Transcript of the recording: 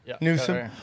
Newsom